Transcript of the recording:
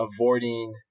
avoiding